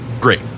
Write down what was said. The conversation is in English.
great